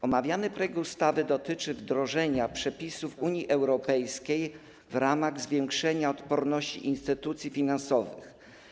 Omawiany projekt ustawy dotyczy wdrożenia przepisów Unii Europejskiej w ramach zwiększenia odporności instytucji finansowych.